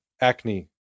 acne